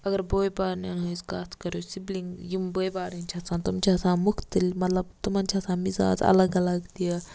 اَگَر بٲےٚ بارنٮ۪ن ہنٛز کَتھ کَرو سِبلِنگ یِم بٲےٚ بارٕنۍ چھِ آسان تِم چھِ آسان مُختٔلِف مَطلَب تِمَن چھ آسان مِزاز اَلَگ اَلَگ تہِ